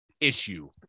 issue